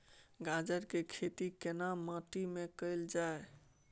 गाजर के खेती केना माटी में कैल जाए?